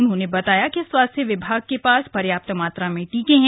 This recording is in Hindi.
उन्होंने बताया कि स्वास्थ्य विभाग के पास पर्याप्त मात्रा में टीके हैं